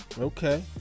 okay